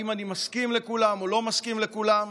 אם אני מסכים לכולם או לא מסכים לכולם,